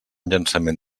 llançament